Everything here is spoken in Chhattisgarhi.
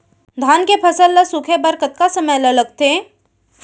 धान के फसल ल सूखे बर कतका समय ल लगथे?